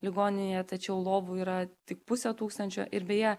ligoninėje tačiau lovų yra tik pusė tūkstančio ir beje